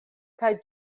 kaj